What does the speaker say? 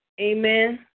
amen